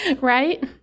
Right